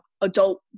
adult